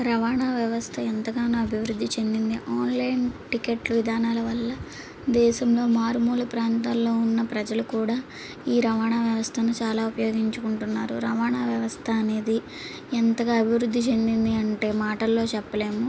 రవాణా వ్యవస్థ ఎంతగానో అభివృద్ధి చెందింది ఆన్లైన్ టికెట్లు విధానాల వల్ల దేశంలో మారుమూల ప్రాంతాల్లో ఉన్న ప్రజలు కూడా ఈ రవాణా వ్యవస్థను చాలా ఉపయోగించుకుంటున్నారు రవాణా వ్యవస్థ అనేది ఎంతగా అభివృద్ధి చెందింది అంటే మాటల్లో చెప్పలేము